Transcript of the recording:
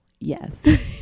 yes